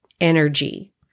energy